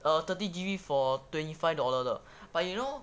err thirty G_B for twenty five dollar 的 but you know